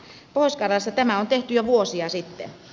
pohjois karjalassa tämä on tehty jo vuosia sitten